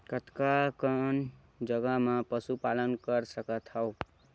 कतका कन जगह म पशु पालन कर सकत हव?